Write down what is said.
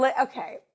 okay